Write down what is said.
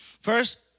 First